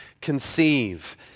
conceive